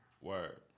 Word